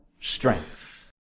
strength